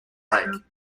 lake